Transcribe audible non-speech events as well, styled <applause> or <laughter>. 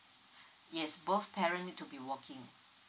<breath> yes both parent need to be working